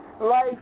Life